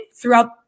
throughout